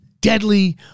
deadly